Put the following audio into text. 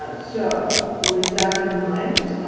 and so, with that in mind,